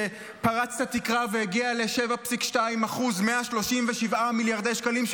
שפרץ את התקרה והגיע ל-7.2% 137 מיליארדי שקלים,